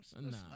Nah